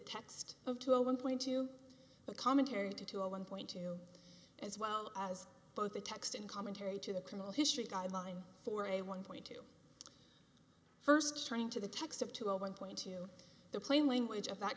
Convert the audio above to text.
text of two a one point two but commentary to a one point two as well as both the text and commentary to the criminal history guideline for a one point two first trying to the text of two zero one point two the plain language of that